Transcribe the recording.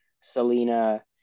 Selena